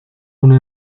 una